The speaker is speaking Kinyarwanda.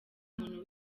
muntu